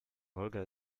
wolga